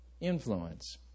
Influence